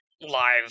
live